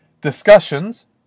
discussions